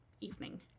evening